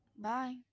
bye